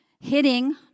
Hitting